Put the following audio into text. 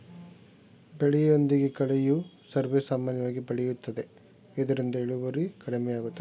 ಬೆಳೆಯೊಂದಿಗೆ ಕಳೆಯು ಸರ್ವೇಸಾಮಾನ್ಯವಾಗಿ ಬೆಳೆಯುತ್ತದೆ ಇದರಿಂದ ಇಳುವರಿ ಕಡಿಮೆಯಾಗುತ್ತದೆ